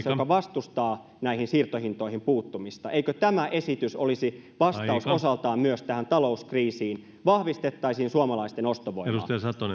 vastustaa näihin siirtohintoihin puuttumista eikö tämä esitys olisi osaltaan vastaus myös tähän talouskriisiin vahvistettaisiin suomalaisten ostovoimaa